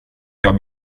jag